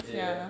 ya